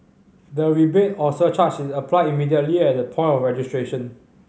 the rebate or surcharge is applied immediately at the point of registration